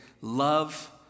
Love